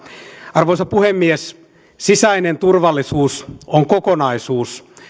arvoisa puhemies sisäinen turvallisuus on kokonaisuus